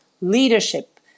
leadership